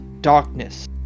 darkness